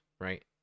right